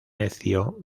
necio